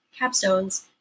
capstones